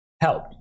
help